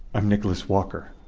i'm nicholas walker.